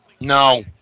No